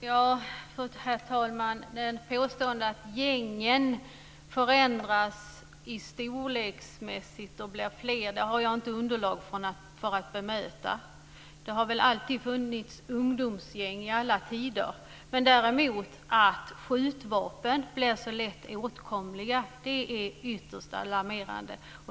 Herr talman! Påståendet att gängen förändras storleksmässigt och blivit fler har jag inte underlag för att bemöta. Det har väl alltid funnits ungdomsgäng i alla tider. Däremot att skjutvapen blivit så lätt åtkomliga är ytterst alarmerande.